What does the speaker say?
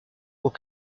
aux